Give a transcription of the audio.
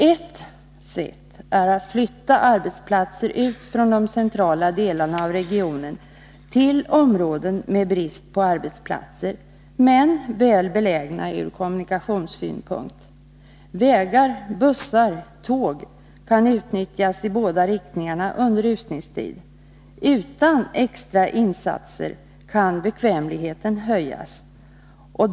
Ett sätt är att flytta arbetsplatser ut från de centrala delarna av regionen till områden med brist på arbetsplatser men väl belägna ur kommunikationssynpunkt. Vägar, bussar och tåg kan utnyttjas i båda riktningarna under rusningstid. Utan extra insatser kan bekvämligheten höjas.